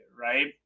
right